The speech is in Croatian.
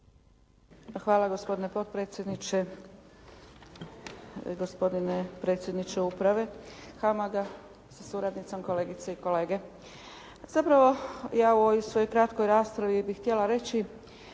Hvala gospodine potpredsjedniče, gospodine predsjedniče uprave HAMAG-a sa suradnicom, kolegice i kolege. Zapravo ja u ovoj svojoj kratkoj raspravi bi htjela reći